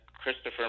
Christopher